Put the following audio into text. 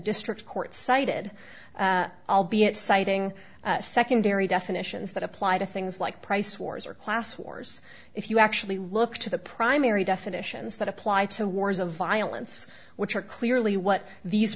district court cited albeit citing secondary definitions that apply to things like price wars or class wars if you actually look to the primary definitions that apply to wars of violence which are clearly what these